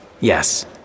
Yes